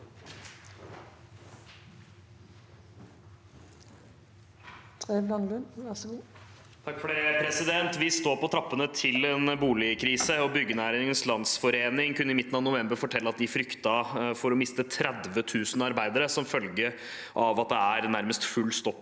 Vi står på trappene til en boligkrise, og Byggenæringens Landsforening kunne i midten av november fortelle at de fryktet å miste 30 000 arbeidere som følge av at det er nærmest full stopp